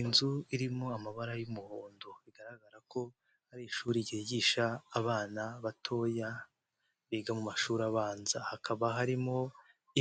Inzu irimo amabara y'umuhondo bigaragara ko ari ishuri ryigisha abana batoya biga mu mashuri abanza, hakaba harimo